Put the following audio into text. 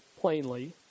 plainly